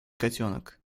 котенок